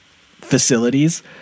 facilities